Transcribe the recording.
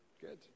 Good